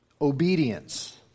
obedience